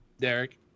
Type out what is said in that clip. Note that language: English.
Derek